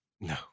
No